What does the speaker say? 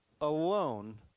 alone